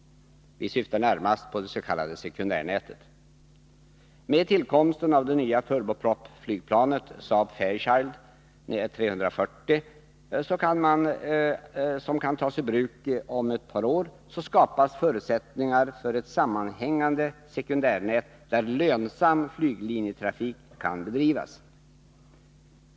Vi syftar närmast på det s.k. sekundärnätet. Med tillkomsten av det nya turbopropflygplanet Saab Fairchild 340, som kan tas i bruk om ett par år, skapas förutsättningar för ett sammanhängande sekundärnät där lönsam flyglinjetrafik kan bedrivas.